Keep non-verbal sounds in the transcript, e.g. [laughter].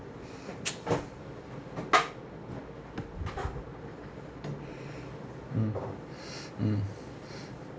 mm [noise] mm [noise]